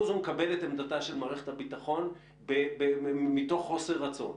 הוא מקבל את עמדתה של מערכת הביטחון מתוך חוסר רצון.